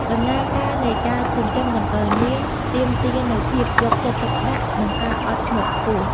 ដំណើរការនៃការចិញ្ចឹមដង្កូវនាងទាមទារនូវភាពយកចិត្តទុកដាក់ និងការអត់ធ្មត់ខ្ពស់។